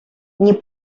nie